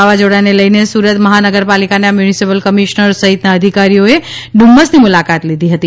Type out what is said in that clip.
સંભવિત નિર્સંગ વાવઝોડાને લઇને સુરત મહાનગરપાલિકાના મ્યુનિસિપલ કમિશ્નર સહિતના અધિકારીઓને ડુમસની મુલાકાત લીધી હતી